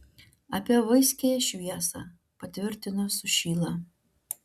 apie vaiskiąją šviesą patvirtino sušyla